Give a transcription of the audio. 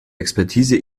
expertise